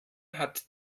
hat